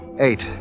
eight